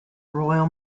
royal